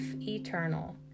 eternal